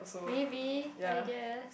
maybe I guess